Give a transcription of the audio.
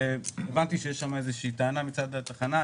הבנתי שיש שם טענה מצד התחנה,